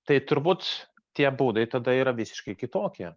tai turbūt tie būdai tada yra visiškai kitokie